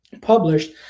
published